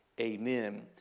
amen